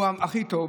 הוא הכי טוב,